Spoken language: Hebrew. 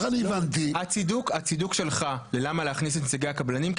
הצידוק שלך ללמה להכניס את נציגי הקבלנים,